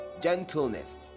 gentleness